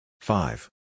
Five